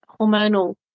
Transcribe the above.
hormonal